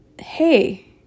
hey